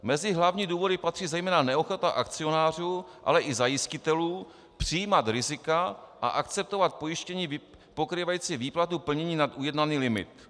Mezi hlavní důvody patří zejména neochota akcionářů, ale i zajistitelů přijímat rizika a akceptovat pojištění pokrývající výplatu pojištění nad ujednaný limit.